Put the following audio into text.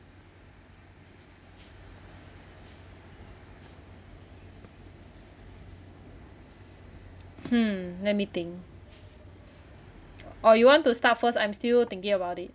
hmm let me think or you want to start first I'm still thinking about it